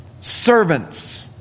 servants